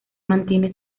mantiene